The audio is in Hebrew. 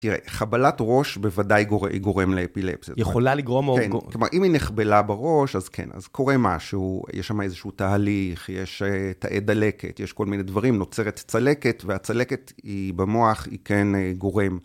תראה, חבלת ראש בוודאי גורם לאפילפסיה. יכולה לגרום או... כלומר, אם היא נחבלה בראש, אז כן, אז קורה משהו, יש שם איזשהו תהליך, יש תאי דלקת, יש כל מיני דברים, נוצרת צלקת, והצלקת במוח היא כן גורם.